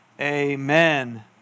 Amen